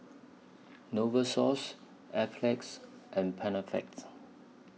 Novosource Enzyplex and Panaflex